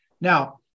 Now